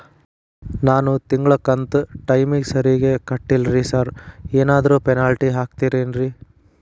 ನಾನು ತಿಂಗ್ಳ ಕಂತ್ ಟೈಮಿಗ್ ಸರಿಗೆ ಕಟ್ಟಿಲ್ರಿ ಸಾರ್ ಏನಾದ್ರು ಪೆನಾಲ್ಟಿ ಹಾಕ್ತಿರೆನ್ರಿ?